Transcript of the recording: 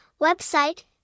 website